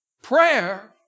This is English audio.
Prayer